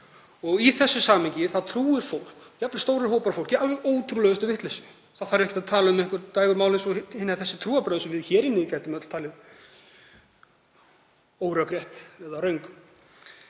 og í þessu samhengi trúir fólk, jafnvel stórir hópar af fólki, alveg ótrúlegustu vitleysu. Þá þarf ekkert að tala um einhver dægurmál eins og hin eða þessi trúarbrögð sem við hér inni getum öll talið órökrétt eða röng,